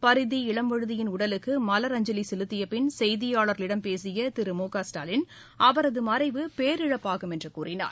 பரிதி இளம்வழுதியின் உடலுக்கு மலரஞ்சலி செலுத்திய பின் செய்தியாளர்களிடம் பேசிய திரு மு க ஸ்டாலின் அவரது மறைவு பேரிழப்பாகும் என்று கூறினார்